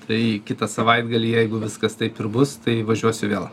tai kitą savaitgalį jeigu viskas taip ir bus tai važiuosiu vėl